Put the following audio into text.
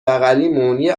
بغلیمون، یه